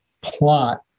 plot